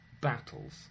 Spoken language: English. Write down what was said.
battles